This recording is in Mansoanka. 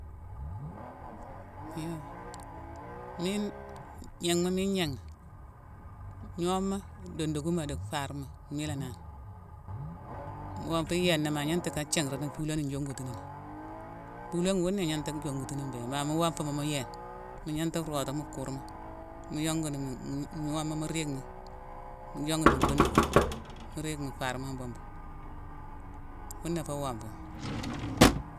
Iyo, mine, gnangh ma mine gnangh ni; gnooma dondukuma dii farma mmhila nani. Wonfo yéna man gnanta ka thianrani fuloone njongutinama. Fuloone wuna ignanta jongutini mbé, bar mu wonfuma mu yéne, mu gnanta rootu mu kurma. Mu yonguni- mu- mu- mu gnooma mu riig ni mu yonguni mu donduguma, mu riig mu farma an buma. Fu na fé wonfo.